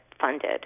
funded